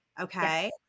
okay